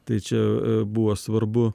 tai čia buvo svarbu